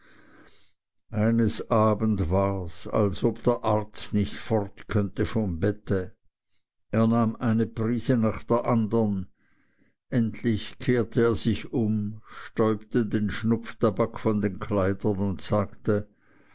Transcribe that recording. eines abends wars als ob der arzt nicht fort könnte vom bette er nahm eine prise nach der andern endlich kehrte er sich um stäubte den schnupftabak von den kleidern und sagte